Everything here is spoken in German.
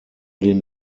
den